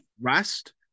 Rest